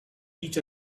each